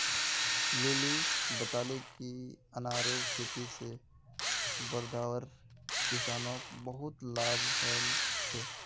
lily बताले कि अनारेर खेती से वर्धार किसानोंक बहुत लाभ हल छे